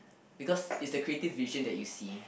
because it's the creative vision that you see